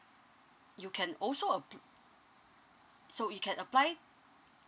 you can also appl~ so you can apply